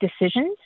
decisions